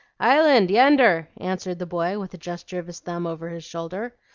island, yender, answered the boy, with a gesture of his thumb over his shoulder.